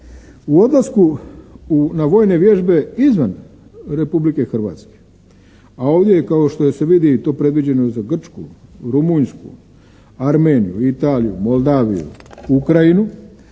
U odlasku na vojne vježbe izvan Republike Hrvatske, a ovdje je kao što se vidi to predviđeno za Grčku, Rumunjsku, Armeniju, Italiju, Moldaviju, Ukrajinu,